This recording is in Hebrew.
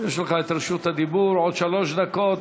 יש לך רשות דיבור, עוד שלוש דקות.